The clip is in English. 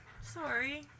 Sorry